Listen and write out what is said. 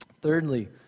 Thirdly